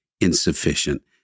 insufficient